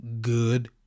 good